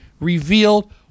revealed